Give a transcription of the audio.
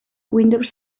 windows